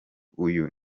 uyu